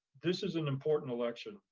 this is an important election,